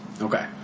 Okay